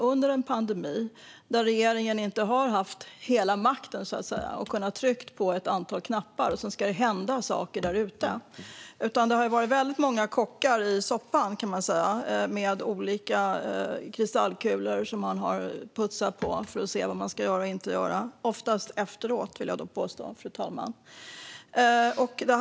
Regeringen har inte haft hela makten, så att säga, och kunnat trycka på ett antal knappar så att det ska hända saker där ute, utan det har varit väldigt många kockar i soppan med olika kristallkulor som man har putsat på för att se vad man ska göra och inte göra - oftast efteråt, vill jag då påstå, fru talman.